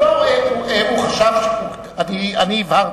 לא, הוא חשב, אני הבהרתי.